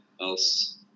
else